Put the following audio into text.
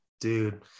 Dude